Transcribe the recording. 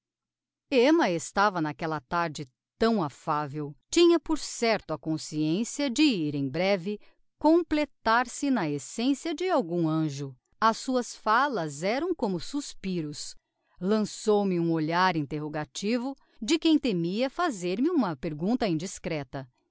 emma estava n'aquella tarde tão affavel tinha por certo a consciencia de ir em breve completar se na essencia de algum anjo as suas fallas eram como suspiros lançou-me um olhar interrogativo de quem temia fazer-me uma pergunta indiscreta